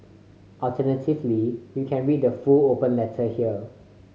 alternatively you can read the full open letter here